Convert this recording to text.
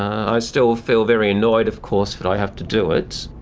i still feel very annoyed of course that i have to do it.